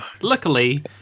Luckily